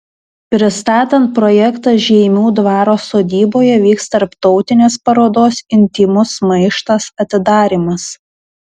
pristatant projektą žeimių dvaro sodyboje vyks tarptautinės parodos intymus maištas atidarymas